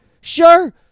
Sure